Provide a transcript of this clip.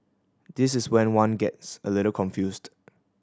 this is when one gets a little confused